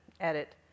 edit